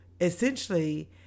essentially